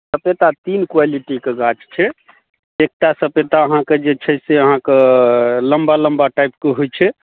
सपेता तीन क्वालिटीके गाछ छै एकटा सपेता अहाँकेँ जे छै से अहाँकेँ लम्बा लम्बा टाइपके होइ छै